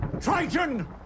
Triton